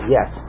Yes